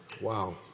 Wow